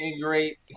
great